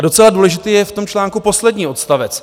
Docela důležitý je v tom článku poslední odstavec.